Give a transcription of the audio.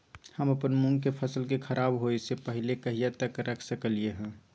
हम अपन मूंग के फसल के खराब होय स पहिले कहिया तक रख सकलिए हन?